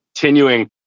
continuing